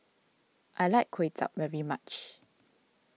I like Kway Chap very much